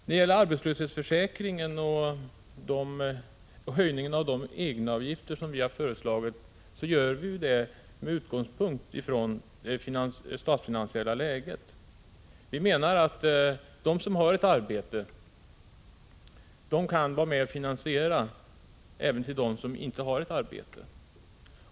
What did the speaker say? Det är med utgångspunkt i det statsfinansiella läget som vi har föreslagit en höjning av egenavgifterna till arbetslöshetsförsäkringen. Vi menar att de som har ett arbete kan vara med och finansiera stödet till dem som inte har ett arbete.